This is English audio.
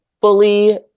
fully